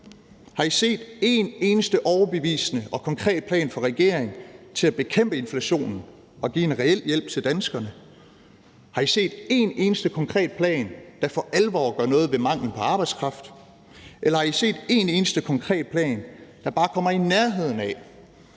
har set en eneste overbevisende og konkret plan fra regeringen til at bekæmpe inflationen og give en reel hjælp til danskerne? Har I set en eneste konkret plan, der for alvor gør noget ved manglen på arbejdskraft? Eller har I set en eneste konkret plan, der bare kommer i nærheden af